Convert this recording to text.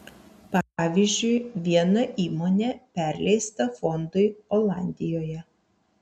pavyzdžiui viena įmonė perleista fondui olandijoje